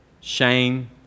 shame